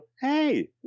Hey